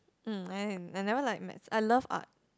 um I am I never like maths I love art